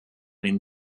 den